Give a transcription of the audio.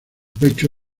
pecho